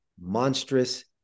monstrous